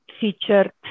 featured